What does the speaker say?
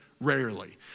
rarely